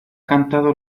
cantado